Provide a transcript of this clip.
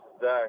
Zach